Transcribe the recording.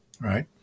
right